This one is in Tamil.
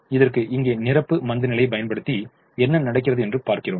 இதற்கு இங்கே நிரப்பு மந்தநிலையைப் பயன்படுத்தி என்ன நடக்கிறது என்று பார்க்கிறோம்